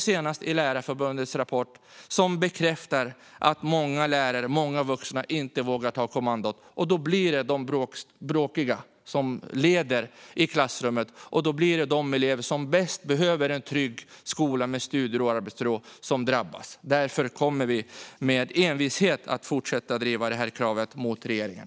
Senast i Lärarförbundets rapport bekräftas att många lärare, många vuxna, inte vågar ta kommandot. Då blir det de bråkiga som leder i klassrummet, och då blir det de elever som mest behöver en trygg skola med studiero och arbetsro som drabbas. Därför kommer vi med envishet att fortsätta driva det här kravet mot regeringen.